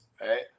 right